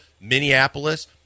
Minneapolis